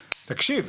תקשיב,